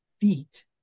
feet